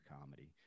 comedy